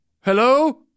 Hello